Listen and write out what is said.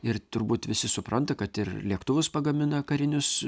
ir turbūt visi supranta kad ir lėktuvus pagamina karinius